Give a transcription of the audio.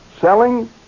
selling